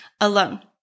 alone